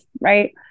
right